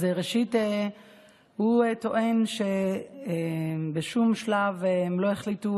אז ראשית הוא טוען שבשום שלב הם לא החליטו